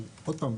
שהוא עוד פעם,